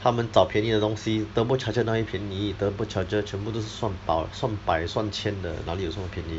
他们找便宜的东西 turbo charger 哪里会便宜 turbo charger 全部都是算百算百算千哪里有这么便宜